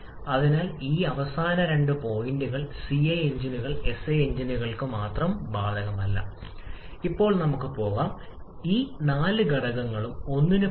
അതിനാൽ നമ്മൾ ഇവിടെ മെലിഞ്ഞ മിശ്രിതത്തെക്കുറിച്ചാണ് സംസാരിക്കുന്നത് ഈ മെലിഞ്ഞ മിശ്രിത വായു കൂടുതൽ ഇന്ധനമാണ് കുറവാണ് അതിനാൽ ജ്വലന സമയത്ത് പുറത്തുവിടുന്ന ഊർജ്ജം കുറവാണ്